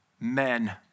men